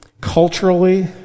culturally